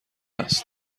است